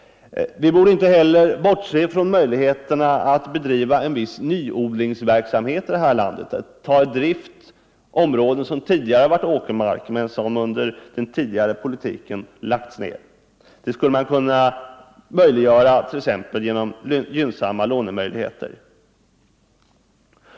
Vi bör inte heller bortse från möjligheterna att bedriva en viss ny 163 odlingsverksamhet här i landet, dvs. ta i drift områden som förut har varit åkermark men som under den tidigare politiken har lagts ned. Detta skulle man kunna underlätta t.ex. genom gynnsamma lånemöjligheter.